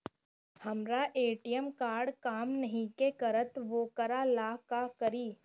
हमर ATM card काम नईखे करत वोकरा ला का करी?